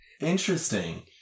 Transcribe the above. Interesting